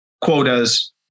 quotas